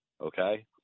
okay